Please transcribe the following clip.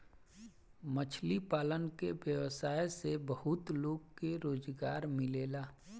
मछली पालन के व्यवसाय से बहुत लोग के रोजगार मिलेला